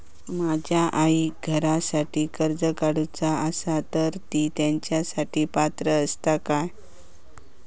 माझ्या आईक घरासाठी कर्ज काढूचा असा तर ती तेच्यासाठी पात्र असात काय?